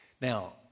Now